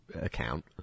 account